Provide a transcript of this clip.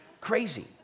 Crazy